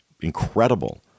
incredible